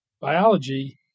biology